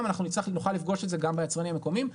אנחנו נוכל לפגוש את זה גם ביצרנים מקומיים.